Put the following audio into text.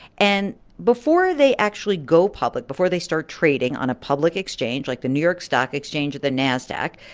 and before they actually go public, before they start trading on a public exchange like the new york stock exchange or the nasdaq,